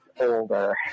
older